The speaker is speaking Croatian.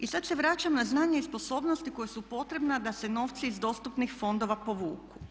I sad se vraćam na znanje i sposobnosti koje su potrebne da se novci iz dostupnih fondova povuku.